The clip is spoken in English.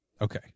Okay